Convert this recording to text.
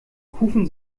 kufen